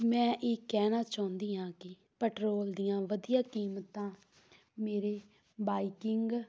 ਮੈਂ ਇਹ ਕਹਿਣਾ ਚਾਹੁੰਦੀ ਹਾਂ ਕਿ ਪੈਟਰੋਲ ਦੀਆਂ ਵਧੀਆ ਕੀਮਤਾਂ ਮੇਰੇ ਬਾਈਕਿੰਗ